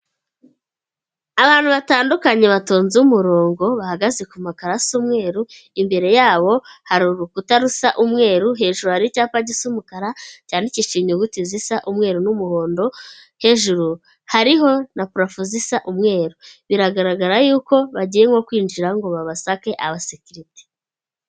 Abantu batandukanye batonze umurongo bahagaze ku makaro asa umweru imbere yabo hari urukuta rusa umweru, hejuru hari icyapa gisa umukara cyandikisha inyuguti zisa umweru n'umuhondo, hejuru hariho na purafo zisa umweru, biragaragara y'uko bagiye nko kwinjira ngo babasake abasekirite.